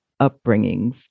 upbringings